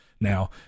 now